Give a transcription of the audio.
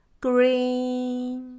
Green